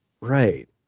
Right